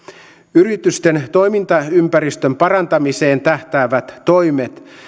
yritysten toimintaympäristön parantamiseen tähtäävät toimet